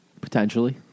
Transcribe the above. Potentially